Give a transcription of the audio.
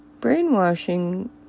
Brainwashing